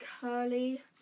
curly